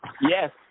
Yes